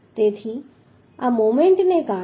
તેથી આ મોમેન્ટને કારણે